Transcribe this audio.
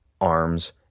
arms